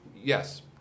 yes